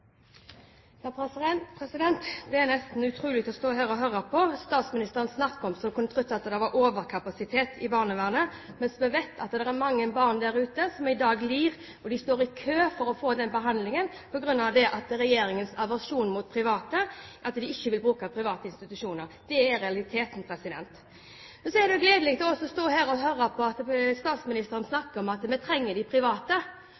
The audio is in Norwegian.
nesten utrolig å stå her og høre på statsministeren snakke slik at en kunne tro det var overkapasitet i barnevernet, mens vi vet at det er mange barn der ute som lider i dag. De står i kø for å få behandling på grunn av regjeringens aversjon mot private – den vil ikke bruke private institusjoner. Det er realiteten. Så er det gledelig å stå her og høre statsministeren snakke om at vi trenger de private,